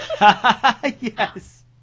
Yes